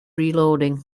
reloading